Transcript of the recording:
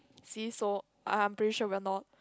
see so I'm pretty sure we are not